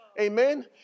Amen